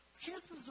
chances